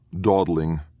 dawdling